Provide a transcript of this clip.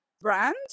brand